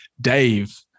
Dave